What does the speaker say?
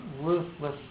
ruthless